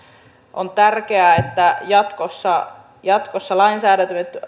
on tärkeää että jatkossa jatkossa lainsäädäntömme